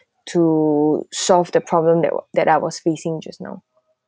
to solve the problem that were that I was facing just now